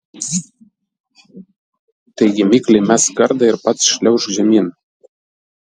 taigi mikliai mesk kardą ir pats šliaužk žemyn